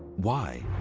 why?